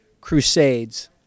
Crusades